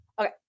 Okay